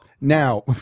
Now